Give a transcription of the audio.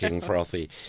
frothy